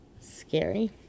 scary